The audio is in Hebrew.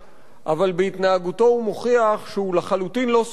אבל בהתנהגותו הוא מוכיח שהוא לחלוטין לא "סוציאל",